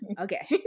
Okay